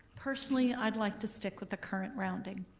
personally, i'd like to stick with the current rounding.